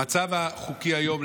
המצב החוקי היום,